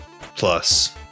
plus